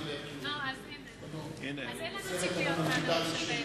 אדוני היושב-ראש.